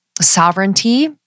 sovereignty